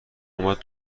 اومد